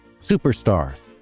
Superstars